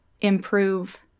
improve